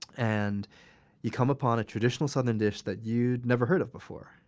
and you come upon a traditional southern dish that you'd never heard of before,